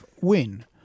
win